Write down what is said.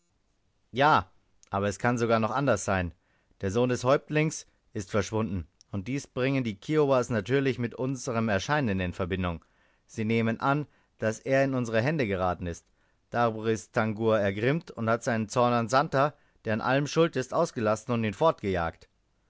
ja aber es kann sogar noch anders sein der sohn des häuptlings ist verschwunden und dies bringen die kiowas natürlich mit unserm erscheinen in verbindung sie nehmen an daß er in unsere hände geraten ist darüber ist tangua ergrimmt und hat seinen zorn an santer der an allem schuld ist ausgelassen und ihn